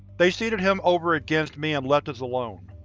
they seated him over against me and left us alone.